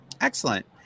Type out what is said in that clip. Excellent